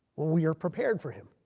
we are prepared for him.